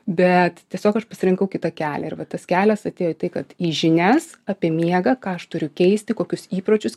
bet tiesiog aš pasirinkau kitą kelią ir va tas kelias apie tai kad į žinias apie miegą ką aš turiu keisti kokius įpročius